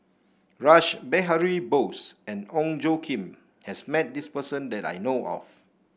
Rash Behari Bose and Ong Tjoe Kim has met this person that I know of